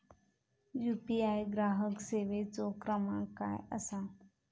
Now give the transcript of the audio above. UPI ग्राहक सेवेचो क्रमांक काय असा?